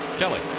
kelli?